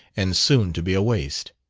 and soon to be a waste.